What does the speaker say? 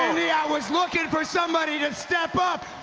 randy, i was looking for somebody to step up,